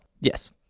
Yes